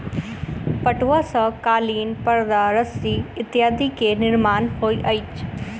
पटुआ सॅ कालीन परदा रस्सी इत्यादि के निर्माण होइत अछि